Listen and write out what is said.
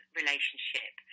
relationship